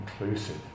inclusive